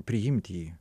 priimti jį